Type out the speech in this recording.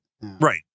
Right